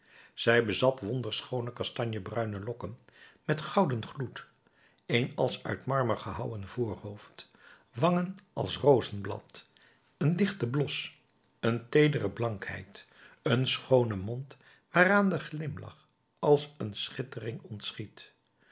zij bezat wonderschoone kastanjebruine lokken met gouden gloed een als uit marmer gehouwen voorhoofd wangen als een rozenblad een lichten blos een teedere blankheid een schoonen mond waaraan de glimlach als een schittering